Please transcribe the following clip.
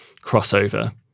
crossover